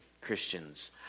Christians